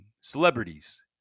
Celebrities